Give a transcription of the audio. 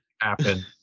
happen